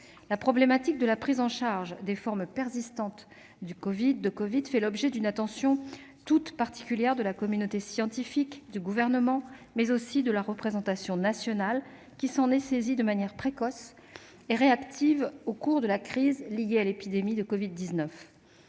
La problématique de la prise en charge des formes persistantes de covid fait l'objet d'une attention toute particulière de la communauté scientifique et du Gouvernement, mais aussi de la représentation nationale, qui s'en est saisie de manière précoce et réactive au cours de la crise liée à l'épidémie de covid-19.